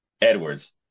Edwards